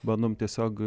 bandom tiesiog